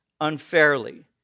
unfairly